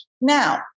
Now